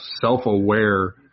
self-aware